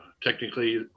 technically